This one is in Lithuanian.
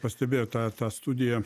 pastebėjot tą tą studiją